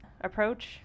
approach